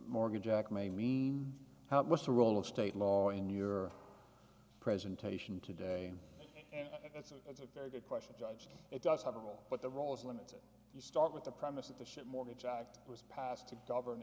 mortgage jack may mean how what's the role of state law in your presentation today and that's a that's a very good question judge it does have a role but the role is limited you start with the premise that the shit mortgage act was passed to govern